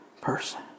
person